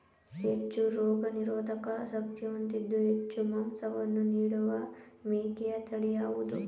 ಹೆಚ್ಚು ರೋಗನಿರೋಧಕ ಶಕ್ತಿ ಹೊಂದಿದ್ದು ಹೆಚ್ಚು ಮಾಂಸವನ್ನು ನೀಡುವ ಮೇಕೆಯ ತಳಿ ಯಾವುದು?